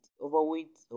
overweight